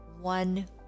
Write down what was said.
one